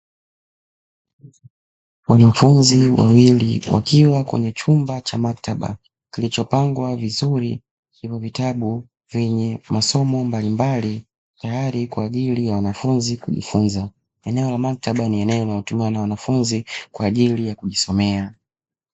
Wanafunzi wawili wakiwa kwenye chumba cha maktaba iliyopangwa vizuri yenye vitabu vyenye masomo mbalimbali tayari kwa wanafunzi kujifunza, eneo la maktaba ni eneo linalotumiwa na wanafunzi kwa ajili ya kujisomea.